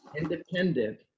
independent